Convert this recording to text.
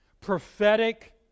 Prophetic